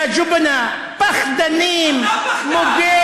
(בערבית: איזה פחדנים,) פחדנים,